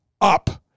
up